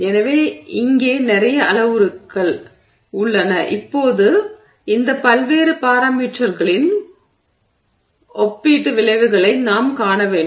எனவே இங்கே நிறைய அளவுருக்கள் உள்ளன இப்போது இந்த பல்வேறு பாராமீட்டர்களின் ஒப்பீட்டு விளைவுகளை நாம் காண வேண்டும்